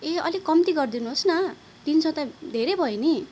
ए अलिक कम्ती गरिदिनुहोस् न तिन सौ त धेरै भयो नि